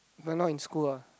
if I'm not in school ah